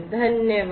धन्यवाद